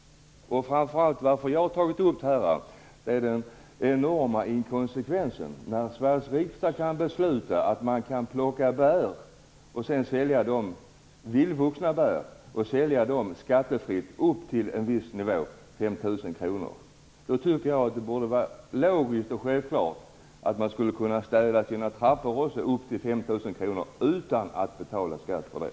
Att jag har tagit upp det här beror framför allt på den enorma inkonsekvensen. När Sveriges riksdag kan besluta att man kan plocka vildväxta bär och sälja dem skattefritt upp till en viss nivå, 5 000 kr, tycker jag att det borde vara logiskt och självklart att man också kan städa sina trappor upp till 5 000 kr utan att betala skatt på det.